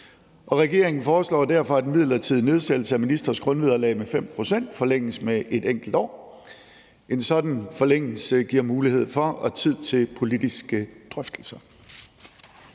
regeringen foreslår derfor, at en midlertidig nedsættelse af ministres grundvederlag med 5 pct. forlænges med et enkelt år. En sådan forlængelse giver mulighed for og tid til politiske drøftelser.